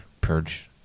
purge